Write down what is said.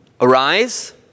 Arise